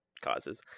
causes